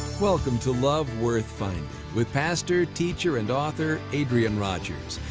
welcome to love worth finding with pastor, teacher, and author, adrian rogers.